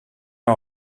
are